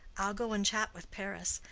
i'll go and chat with paris.